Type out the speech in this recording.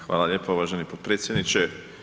Hvala lijepo uvaženi potpredsjedniče.